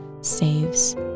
saves